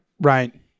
Right